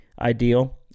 ideal